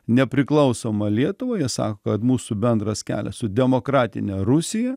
nepriklausomą lietuvą jie sako kad mūsų bendras kelias su demokratine rusija